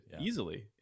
easily